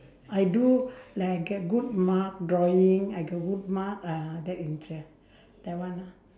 I do like get good mark drawing I get good mark uh that interest that one ah